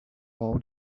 all